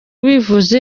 ubivuze